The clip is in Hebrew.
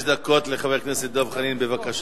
חמש דקות לחבר הכנסת דב חנין, בבקשה.